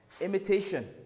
Imitation